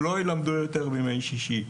לא ילמדו יותר בימי שישי.